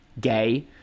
gay